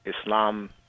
Islam